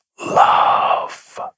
love